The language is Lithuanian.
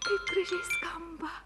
kaip gražiai skamba